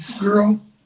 girl